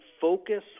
focus